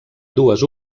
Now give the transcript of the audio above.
dues